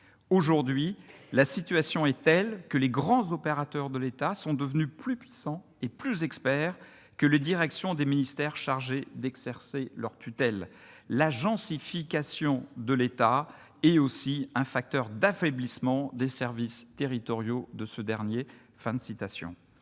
Aujourd'hui, la situation est telle que les grands opérateurs de l'État sont devenus plus puissants et plus experts que les directions des ministères chargées d'exercer leur tutelle. [...] L'" agencification " de l'État est aussi un facteur d'affaiblissement des services territoriaux de ce dernier. »